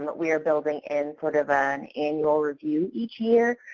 but we are building in sort of an annual review each year.